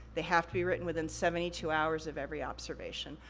they have to be written within seventy two hours of every observation.